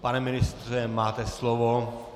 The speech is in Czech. Pane ministře, máte slovo.